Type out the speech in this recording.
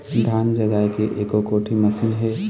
धान जगाए के एको कोठी मशीन हे?